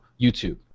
YouTube